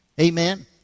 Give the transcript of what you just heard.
Amen